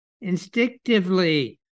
instinctively